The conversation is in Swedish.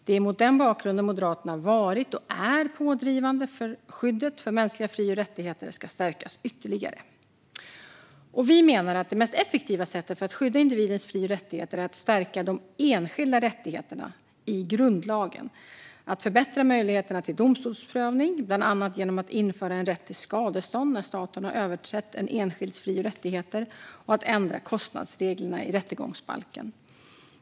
Det är mot den bakgrunden Moderaterna har varit och är pådrivande för att skyddet för mänskliga fri och rättigheter ska stärkas ytterligare. Vi menar att det mest effektiva sättet att skydda individens fri och rättigheter är att stärka de enskilda rättigheterna i grundlagen, att förbättra möjligheterna till domstolsprövning, bland annat genom att införa rätt till skadestånd när staten har överträtt en enskilds fri och rättigheter, och att ändra kostnadsreglerna i rättegångsbalken.